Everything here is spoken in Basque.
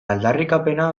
aldarrikapena